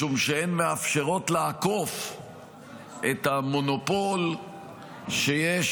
משום שהן מאפשרות לעקוף את המונופול שיש